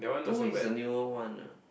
two is the newer one ah